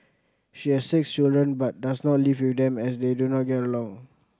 she has six children but does not live with them as they do not get along